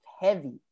heavy